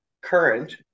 current